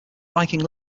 viking